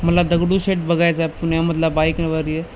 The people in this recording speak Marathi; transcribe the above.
मला दगडूशेट बघायचा आहे पुण्यामधला बाईकवरये